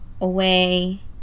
away